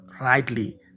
rightly